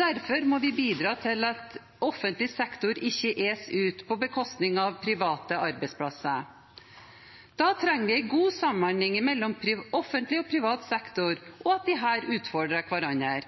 Derfor må vi bidra til at offentlig sektor ikke eser ut på bekostning av private arbeidsplasser. Da trenger vi en god samhandling mellom offentlig og privat sektor, og at disse utfordrer hverandre.